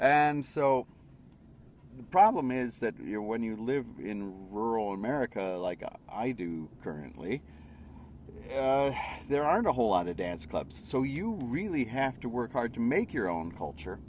and so the problem is that you know when you live in rural america like up i do currently there aren't a whole lot of dance clubs so you really have to work hard to make your own culture